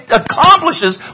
accomplishes